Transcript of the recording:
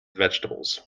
vegetables